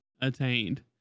attained